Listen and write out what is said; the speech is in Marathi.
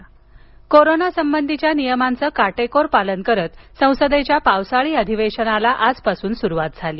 संसद अधिवेशन कोरोना संबंधीच्या नियमांचं काटेकोर पालन करत संसदेच्या पावसाळी अधिवेशनाला सुरुवात आजपासून सुरुवात झाली